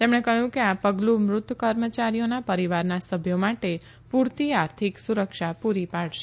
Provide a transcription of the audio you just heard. તેમણે કહ્યું આ પગલું મૃત કર્મચારીઓના પરિવારના સભ્યો માટે પૂરતી આર્થિક સુરક્ષા પૂરી પાડશે